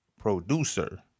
producer